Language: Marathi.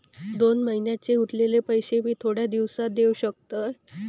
दोन महिन्यांचे उरलेले पैशे मी थोड्या दिवसा देव शकतय?